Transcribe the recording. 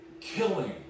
killing